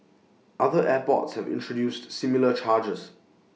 other airports have introduced similar charges